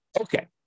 Okay